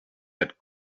had